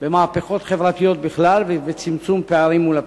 במהפכות חברתיות בכלל ובצמצום פערים מול הפריפריה.